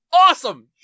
awesome